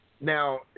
Now